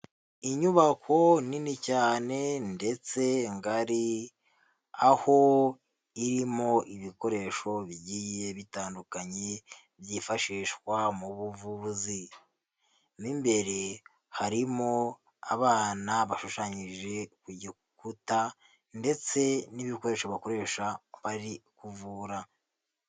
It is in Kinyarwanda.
inyubako nini cyane ndetse ngari, aho irimo ibikoresho bigiye bitandukanye byifashishwa mu buvuzi, mo imbere harimo abana bashushanyije ku gikuta ndetse n'ibikoresho bakoresha bari kuvura.